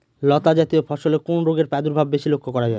লতাজাতীয় ফসলে কোন রোগের প্রাদুর্ভাব বেশি লক্ষ্য করা যায়?